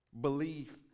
belief